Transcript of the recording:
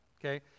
Okay